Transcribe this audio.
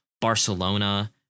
Barcelona